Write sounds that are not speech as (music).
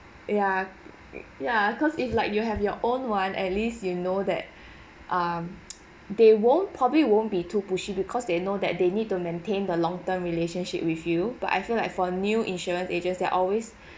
ya ya cause if like you have your own one at least you know that um (noise) they won't probably won't be too pushy because they know that they need to maintain the long term relationship with you but I feel like for new insurance agents they always